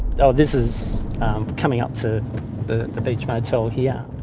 so this is coming up to the the beach motel here.